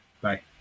Bye